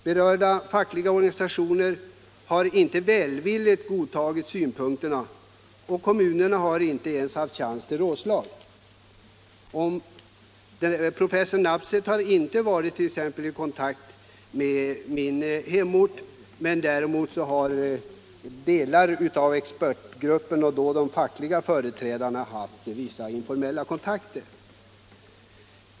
Berörda fackliga organisationer har inte välvilligt godtagit synpunkterna, och kommunerna har inte ens haft en chans till rådslag. Professor Nabseth hade t.ex. inte varit i kontakt med företrädare för min hemort. Däremot har delar av expertgruppen, nämligen de fackliga företrädarna, haft vissa informella sådana kontakter.